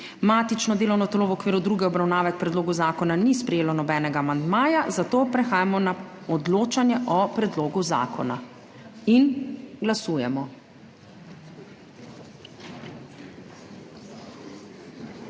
Matično delovno telo v okviru druge obravnave k predlogu zakona ni sprejelo nobenega amandmaja, zato prehajamo na odločanje o predlogu zakona in glasujemo.